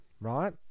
right